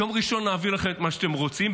וביום ראשון נעביר לכם את מה שאתם רוצים.